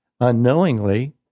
unknowingly